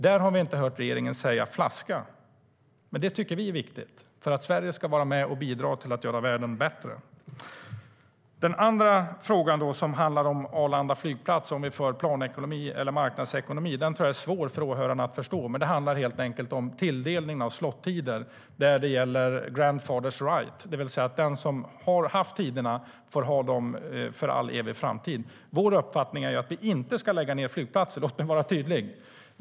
Där har vi inte hört regeringen säga flaska, men det tycker vi är viktigt för att Sverige ska vara med och bidra till att göra världen bättre. Vår uppfattning är ju att vi inte ska lägga ned flygplatser - låt mig vara tydlig med det!